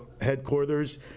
headquarters